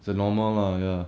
is the normal lah ya